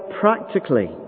practically